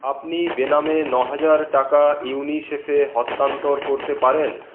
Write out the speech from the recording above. আপনি বেনামে নহাজার টাকা ইউনিসেফে হস্তান্তর করতে পারেন